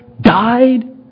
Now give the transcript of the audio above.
died